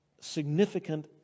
significant